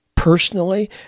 personally